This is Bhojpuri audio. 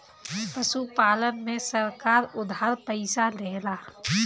पशुपालन में सरकार उधार पइसा देला?